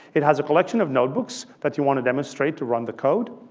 it has a collection of notebooks that you want to demonstrate to run the code.